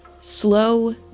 slow